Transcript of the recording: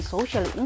Social